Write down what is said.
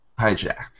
hijacked